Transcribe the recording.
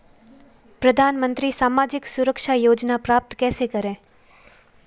प्रधानमंत्री सामाजिक सुरक्षा योजना प्राप्त कैसे करें?